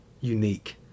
unique